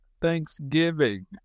Thanksgiving